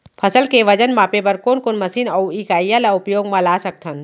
फसल के वजन मापे बर कोन कोन मशीन अऊ इकाइयां ला उपयोग मा ला सकथन?